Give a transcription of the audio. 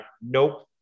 Nope